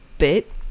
Bit